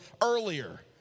earlier